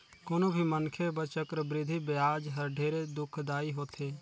कोनो भी मनखे बर चक्रबृद्धि बियाज हर ढेरे दुखदाई होथे